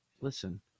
Listen